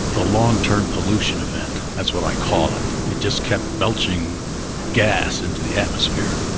a long-term pollution event. that's what i call it. it just kept belching gas into the atmosphere